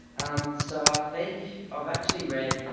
um, so i think i've actually read,